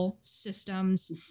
systems